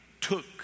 took